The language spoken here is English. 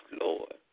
Lord